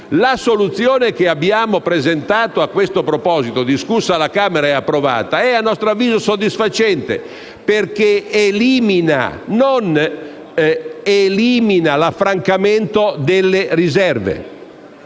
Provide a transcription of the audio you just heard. La soluzione che abbiamo presentato a questo proposito, discussa alla Camera e approvata, è a nostro avviso soddisfacente, perché non elimina l'affrancamento delle riserve.